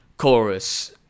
Chorus